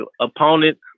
Opponent